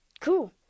Cool